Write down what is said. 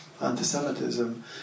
anti-Semitism